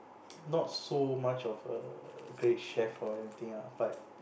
not so much of a great chef or anything ah but